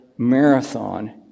marathon